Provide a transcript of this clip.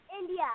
India